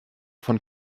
von